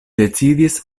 decidis